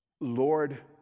Lord